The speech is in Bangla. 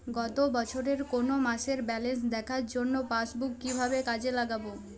গত বছরের কোনো মাসের ব্যালেন্স দেখার জন্য পাসবুক কীভাবে কাজে লাগাব?